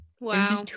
Wow